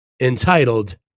entitled